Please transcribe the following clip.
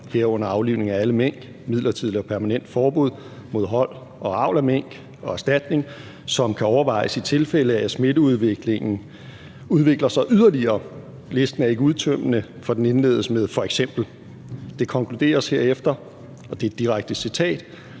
herunder aflivningen af alle mink, et midlertidigt og permanent forbud mod hold og avl af mink og erstatning, som kan overvejes i tilfælde af, at smitteudviklingen udvikler sig yderligere. Listen er ikke udtømmende, for den indledes med »f.eks«. Det konkluderes herefter, og det er et direkte citat: